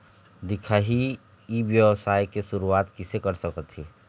दिखाही ई व्यवसाय के शुरुआत किसे कर सकत हे?